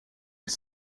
les